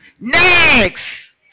next